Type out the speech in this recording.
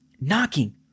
knocking